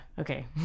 okay